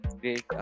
Great